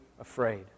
afraid